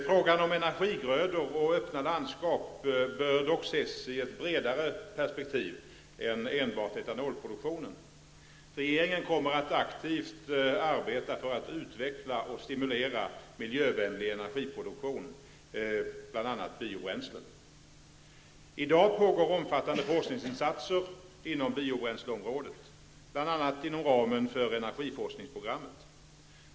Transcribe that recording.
Frågan om energigrödor och öppna landskap bör dock ses i ett bredare perspektiv än enbart etanolproduktionens. Regeringen kommer att aktivt arbeta för att utveckla och stimulera miljövänlig energiproduktion, bl.a. biobränslen. I dag pågår omfattande forskningsinsatser inom biobränsleområdet, bl.a. inom ramen för energiforskningsprogrammet.